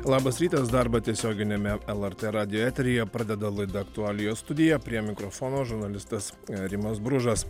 labas rytas darbą tiesioginiame lrt radijo eteryje pradeda laida aktualijos studija prie mikrofono žurnalistas rimas bružas